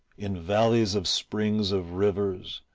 in valleys of springs of rivers,